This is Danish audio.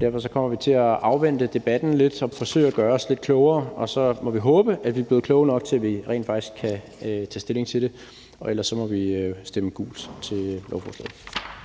Derfor kommer vi til at afvente debatten lidt samt forsøge at gøre os lidt klogere, og så må vi håbe, at vi bliver kloge nok til, at vi rent faktisk kan tage stilling til det. Ellers må vi stemme gult til lovforslaget.